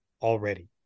already